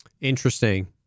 Interesting